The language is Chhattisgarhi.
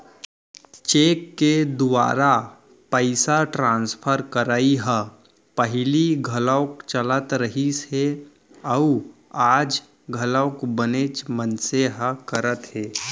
चेक के दुवारा पइसा ट्रांसफर करई ह पहिली घलौक चलत रहिस हे अउ आज घलौ बनेच मनसे ह करत हें